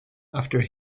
after